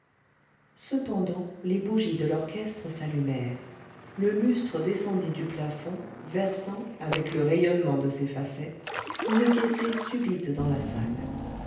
cependant les bougies de l'orchestre s'allumèrent le lustre descendit du plafond versant avec le rayonnement de ses facettes une gaieté subite dans la salle